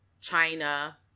China